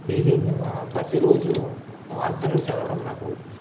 daily new ప్రతిరోజు వార్తలు చదవడం నాకు